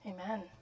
Amen